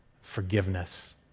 forgiveness